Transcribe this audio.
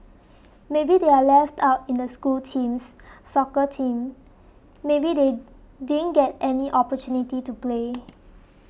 maybe they are left out in the school teams soccer team maybe they didn't get any opportunity to play